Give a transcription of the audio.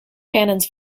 cannons